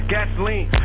Gasoline